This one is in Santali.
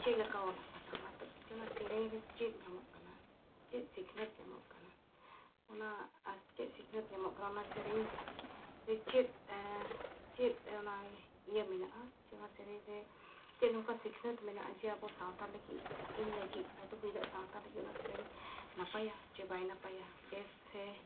ᱪᱮᱫᱞᱮᱠᱟ ᱚᱞᱟᱠᱟᱱᱟ ᱢᱟᱛᱚ ᱚᱱᱟ ᱥᱮᱨᱮᱧ ᱨᱮ ᱪᱮᱫ ᱧᱟᱢᱚᱜ ᱠᱟᱱᱟ ᱪᱮᱫ ᱥᱤᱠᱷᱱᱟᱹᱛ ᱧᱟᱢᱚᱜ ᱠᱟᱱᱟ ᱚᱱᱟ ᱟᱨ ᱪᱮᱫ ᱥᱤᱠᱷᱱᱟᱹᱛ ᱧᱟᱢᱚᱜ ᱠᱟᱱᱟ ᱚᱱᱟ ᱥᱮᱨᱮᱧ ᱨᱮ ᱪᱮᱫ ᱪᱮᱫ ᱚᱱᱟ ᱤᱭᱟᱹ ᱢᱮᱱᱟᱜᱼᱟ ᱡᱮ ᱚᱱᱟ ᱥᱮᱨᱮᱧ ᱨᱮ ᱪᱮᱫ ᱚᱱᱠᱟ ᱥᱤᱠᱷᱱᱟᱹᱛ ᱢᱮᱱᱟᱜᱼᱟ ᱡᱮ ᱟᱵᱚ ᱥᱟᱶᱛᱟ ᱞᱟᱹᱜᱤᱫ ᱤᱧ ᱞᱟᱹᱜᱤᱫ ᱭᱟᱛᱚ ᱦᱩᱭ ᱫᱟᱲᱮᱭᱟᱜᱼᱟ ᱥᱟᱶᱛᱟ ᱞᱟᱹᱜᱤᱫ ᱚᱱᱟ ᱥᱮᱨᱮᱧ ᱱᱟᱯᱟᱭᱟ ᱥᱮ ᱵᱟᱭ ᱱᱟᱯᱟᱭᱟ ᱵᱮᱥ ᱥᱮ